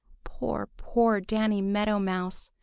poor, poor danny meadow mouse!